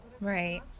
Right